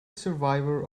survivor